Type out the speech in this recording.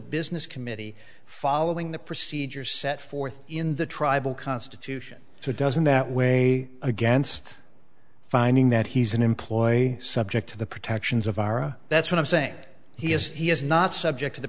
business committee following the procedures set forth in the tribal constitution doesn't that way against finding that he's an employee subject to the protections of ira that's what i'm saying he is he is not subject to the